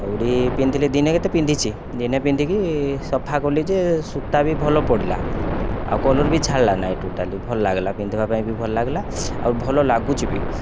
ଆଉ ପିନ୍ଧିଲି ଦିନେ କେତେ ପିନ୍ଧିଛି ଦିନେ ପିନ୍ଧିକି ସଫା କଲି ଯେ ସୂତା ବି ଭଲ ପଡ଼ିଲା ଆଉ କଲର ବି ଛାଡ଼ିଲା ନାଇଁ ଟୋଟାଲି ଭଲ ଲାଗିଲା ପିନ୍ଧିବାପାଇଁ ବି ଭଲ ଲାଗିଲା ଆଉ ଭଲ ଲାଗୁଛି ବି